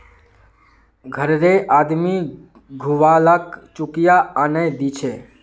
घररे आदमी छुवालाक चुकिया आनेय दीछे